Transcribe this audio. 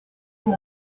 hole